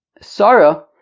Sarah